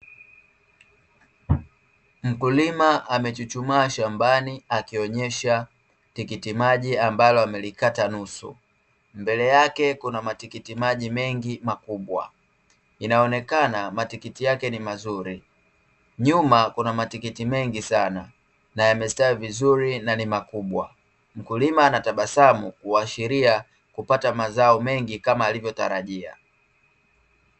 Mkulima amechuchumaa shambani akionyesha tikitimaji ambalo amelikata nusu. Mbele yake kuna matikitimaji mengi makubwa, inaonekana matikiti yake ni mazuri. Nyuma kuna matikiti mengi sana, na yamesitawi vizuri na ni makubwa. Mkulima anatabasamu kuashiria kuapata mazao mengi kama alivyotarajia.